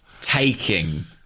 taking